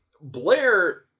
blair